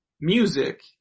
music